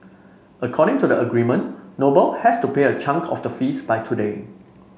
according to the agreement Noble has to pay a chunk of the fees by today